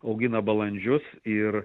augina balandžius ir